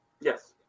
Yes